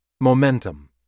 momentum